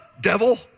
devil